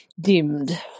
dimmed